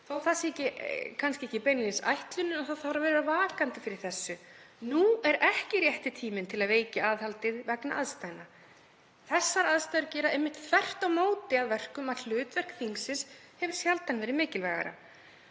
að það sé kannski ekki beinlínis ætlunin. Það þarf að vera vakandi fyrir þessu. Nú er ekki rétti tíminn til að veikja aðhaldið vegna aðstæðna. Þessar aðstæður gera það einmitt þvert á móti að verkum að hlutverk þingsins hefur sjaldan verið mikilvægara.